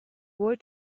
boy